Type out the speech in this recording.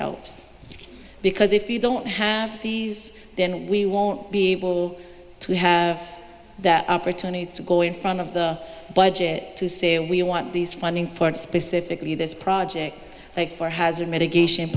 helps because if you don't have these then we won't be able to have that opportunity to go in front of the budget to say we want these funding for specifically this project for hazard mitigation